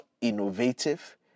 innovative